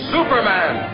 Superman